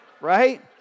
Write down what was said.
right